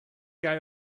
guy